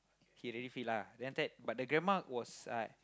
he really feel lah then after that the grandma was like